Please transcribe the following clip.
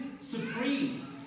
Supreme